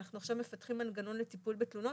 אנחנו עכשיו מפתחים מנגנון לטיפול בתלונות.